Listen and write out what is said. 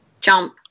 Jump